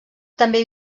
també